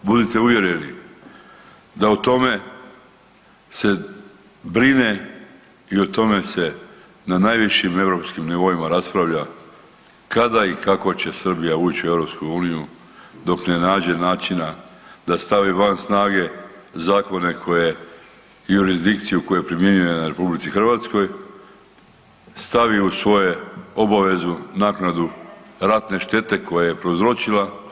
Budite uvjereni da o tome se brine i o tome se na najvišim europskim nivoima raspravlja kada i kako će Srbija ući u EU dok ne nađe načina da stavi van snage zakone koje i jurisdikciju koju primjenjuje na RH stavi u svoju obavezu, naknadu ratne štete koju je prouzročila